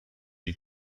die